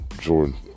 Jordan